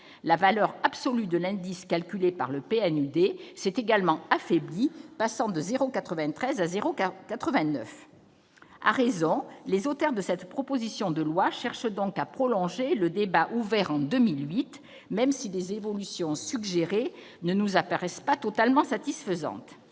La valeur absolue de l'indice calculé par le PNUD s'est également affaiblie, passant de 0,93 à 0,89. C'est à juste titre que les auteurs de cette proposition de loi cherchent à prolonger le débat ouvert en 2008, même si les évolutions suggérées ne nous paraissent pas totalement satisfaisantes.